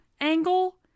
angle